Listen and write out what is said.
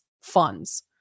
funds